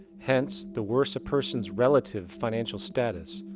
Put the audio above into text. hence, the worse a person's relative financial status,